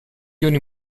ioni